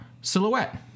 Silhouette